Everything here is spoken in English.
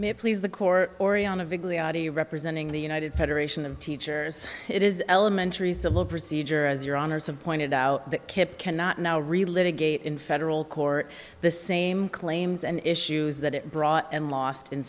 it please the court or iana vaguely already representing the united federation of teachers it is elementary civil procedure as your honour's have pointed out that kipp cannot now relive a gate in federal court the same claims and issues that it brought and lost in